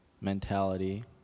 mentality